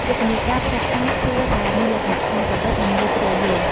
យុទ្ធនាការផ្សព្វផ្សាយគួរតែមានលក្ខណៈច្នៃប្រឌិត និងងាយស្រួលយល់។